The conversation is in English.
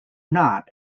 not